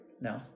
no